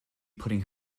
putting